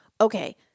Okay